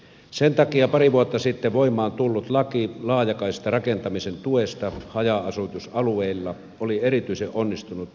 sen takia pari vuotta sitten voimaan tullut laki laajakaistarakentamisen tuesta haja asutusalueilla oli erityisen onnistunut ja tarpeellinen